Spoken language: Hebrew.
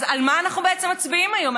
אז על מה בעצם אנחנו מצביעים היום?